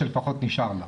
לפחות זה מה שנשאר לה.